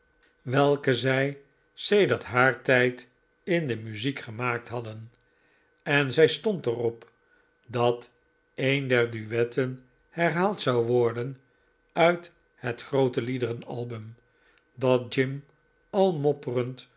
welke zij sedert haar tijd in de muziek gemaakt hadden en zij stond er op dat een der duetten herhaald zou worden uit het groote liederen album dat jim al mopperend